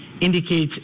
indicates